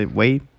wait